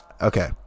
okay